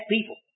people